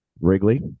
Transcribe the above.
Wrigley